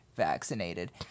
Vaccinated